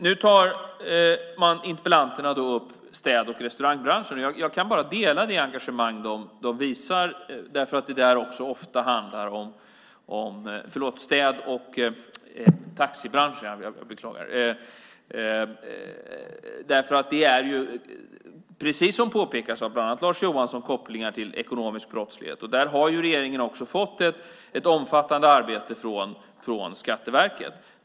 Nu tar interpellanterna upp städ och taxibranscherna. Jag kan bara dela det engagemang de visar, därför att det där också, som påpekats av bland annat Lars Johansson, finns kopplingar till ekonomisk brottslighet. Där har regeringen fått ett omfattande arbete från Skatteverket.